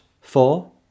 four